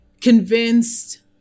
convinced